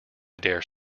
dare